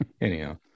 Anyhow